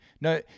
No